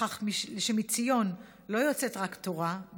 לכך שמציון לא יוצאת רק תורה,